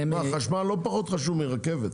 חשמל לא פחות מרכבת.